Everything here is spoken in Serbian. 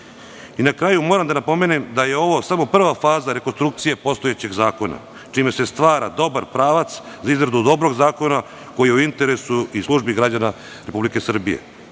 kraju moram da napomenem da je ovo samo prva faza rekonstrukcije postojećeg zakona čime se stvara dobar pravac za izradu dobrog zakona koji je u interesu i službi građana Republike Srbije.